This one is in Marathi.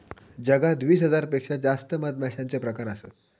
जगात वीस हजार पेक्षा जास्त मधमाश्यांचे प्रकार असत